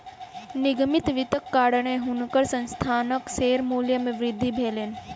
निगमित वित्तक कारणेँ हुनकर संस्थानक शेयर मूल्य मे वृद्धि भेलैन